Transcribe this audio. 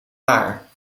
waar